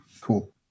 cool